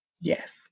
Yes